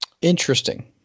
Interesting